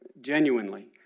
genuinely